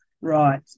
Right